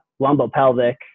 lumbopelvic